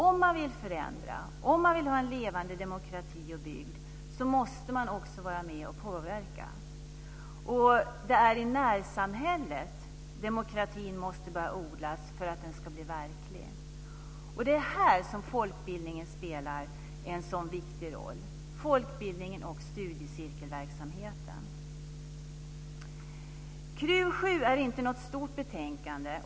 Om man vill förändra, och om man vill ha en levande demokrati och bygd måste man vara med och påverka. Det är i närsamhället demokratin måste börja odlas för att den ska bli verklig. Här spelar folkbildningen och studiecirkelverksamheten en viktig roll.